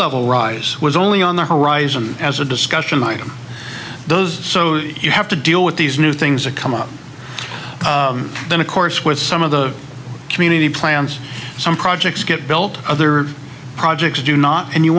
level rise was only on the horizon as a discussion of those so you have to deal with these new things that come up then of course with some of the community plans some projects get built other projects do not and you